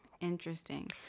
Interesting